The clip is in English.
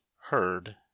HEARD